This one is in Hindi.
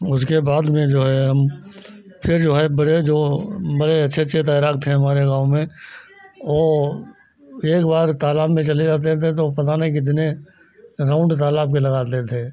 उसके बाद में जो है हम फ़िर जो है बड़े जो बड़े अच्छे अच्छे तैराक थे हमारे गाँव में ओ एक बार तालाब में चले जाते थे तो पता नहीं कितने राउन्ड तालाब के लगाते थे